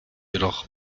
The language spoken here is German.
jedoch